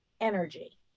energy